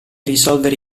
risolvere